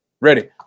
Ready